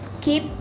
keep